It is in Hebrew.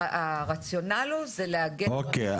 הרציונל הוא לאגד --- אוקיי,